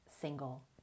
single